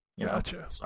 Gotcha